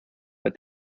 but